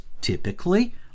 typically